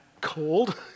cold